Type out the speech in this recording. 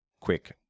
quick